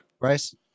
Bryce